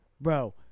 bro